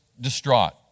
distraught